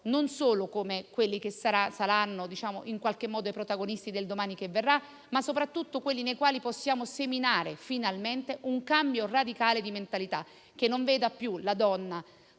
non solo come a coloro che saranno i protagonisti del domani che verrà, ma soprattutto come coloro nei quali possiamo seminare finalmente un cambio radicale di mentalità, che non veda più la donna